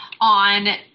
on